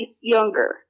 younger